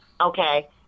okay